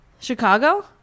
chicago